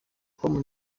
com